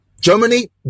Germany